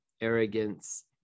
arrogance